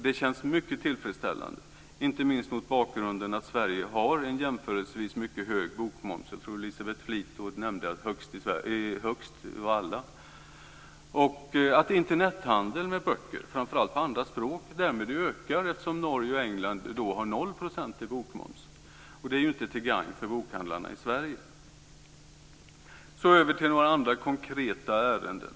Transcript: Det känns mycket tillfredsställande, inte minst mot bakgrund av att Sverige har en jämförelsevis hög bokmoms. Elisabeth Fleetwood nämnde att den är högst här. Internethandeln med böcker på andra språk ökar eftersom Norge och England har 0 % i bokmoms. Det är inte till gagn för bokhandlarna i Sverige. Så över till några andra konkreta ärenden.